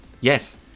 yes